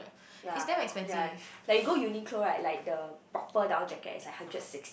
ya ya like you go Uniqlo right like the proper down jacket is like hundred sixty